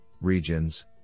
regions